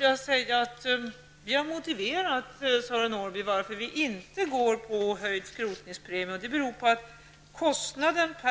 jag hoppas, fattar ett sådant.